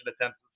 attempts